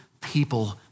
people